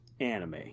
anime